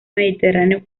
mediterráneo